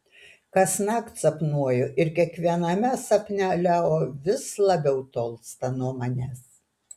kasnakt sapnuoju ir kiekviename sapne leo vis labiau tolsta nuo manęs